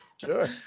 Sure